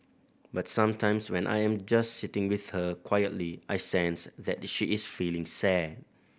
but sometimes when I am just sitting with her quietly I sense that she is feeling sad